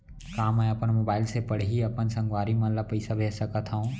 का मैं अपन मोबाइल से पड़ही अपन संगवारी मन ल पइसा भेज सकत हो?